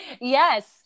Yes